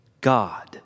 God